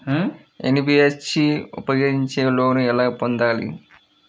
NBFC ఉపయోగించి loan ఎలా పొందాలి?